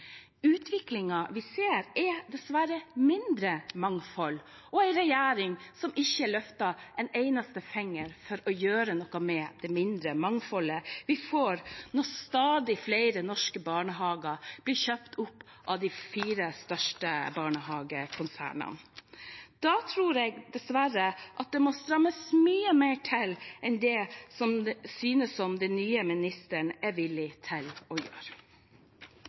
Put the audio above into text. vi ser, er dessverre mindre mangfold og en regjering som ikke løfter en eneste finger for å gjøre noe med det mindre mangfoldet vi får når stadig flere norske barnehager blir kjøpt opp av de fire største barnehagekonsernene. Da tror jeg dessverre det må strammes mye mer til enn det synes som den nye ministeren er villig til å gjøre.